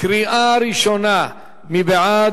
קריאה ראשונה, מי בעד?